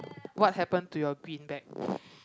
what happen to your green bag